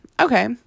okay